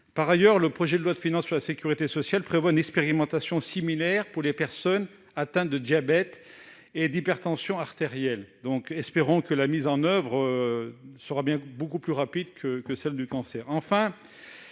Par ailleurs, le projet de loi de financement de la sécurité sociale prévoit une expérimentation similaire pour les personnes atteintes de diabète et d'hypertension artérielle. Espérons que la mise en oeuvre sera beaucoup plus rapide pour ces pathologies